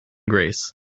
grace